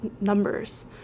numbers